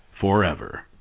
forever